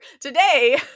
Today